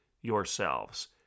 yourselves